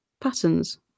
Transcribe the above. patterns